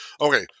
Okay